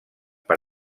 per